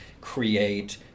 create